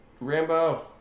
Rambo